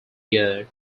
year